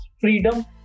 freedom